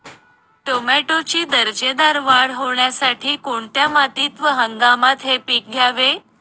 टोमॅटोची दर्जेदार वाढ होण्यासाठी कोणत्या मातीत व हंगामात हे पीक घ्यावे?